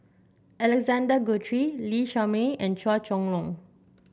Alexander Guthrie Lee Shermay and Chua Chong Long